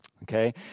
Okay